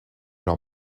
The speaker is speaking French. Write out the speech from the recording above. leur